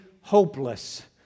hopeless